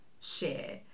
share